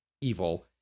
evil